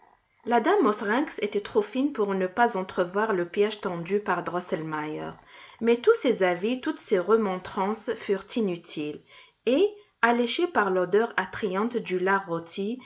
la dame mauserinks était trop fine pour ne pas entrevoir le piége tendu par drosselmeier mais tous ses avis toutes ses remontrances furent inutiles et alléchés par l'odeur attrayante du lard rôti